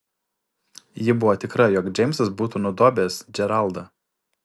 ji buvo tikra jog džeimsas būtų nudobęs džeraldą